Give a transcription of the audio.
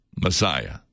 Messiah